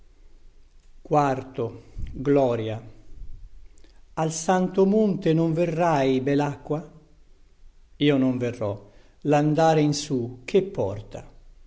grondon grondoni al santo monte non verrai belacqua io non verrò landare in su che porta